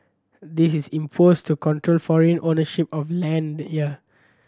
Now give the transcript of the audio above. this is imposed to control foreign ownership of land here